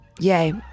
yay